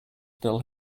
still